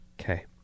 Okay